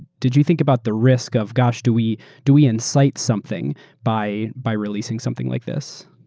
did you think about the risk of, aeuroegosh do we do we incite something by by releasing something like this?